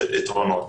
יש יתרונות,